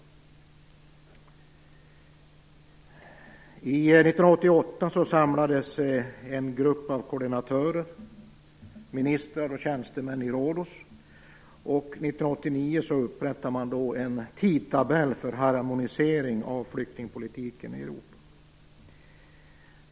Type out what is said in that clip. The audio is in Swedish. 1988 samlades en grupp av koordinatörer, ministrar och tjänstemän, på Rhodos, och 1989 upprättade man en tidtabell för harmonisering av flyktingpolitiken i Europa.